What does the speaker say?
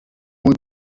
mój